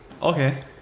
okay